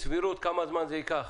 כמה זמן זה ייקח?